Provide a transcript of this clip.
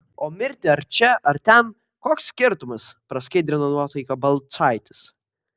o mirti ar čia ar ten koks skirtumas praskaidrino nuotaiką balčaitis